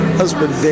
husband